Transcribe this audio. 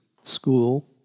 school